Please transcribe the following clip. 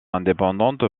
indépendante